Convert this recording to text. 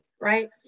right